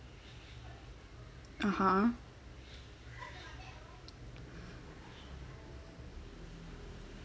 (uh huh)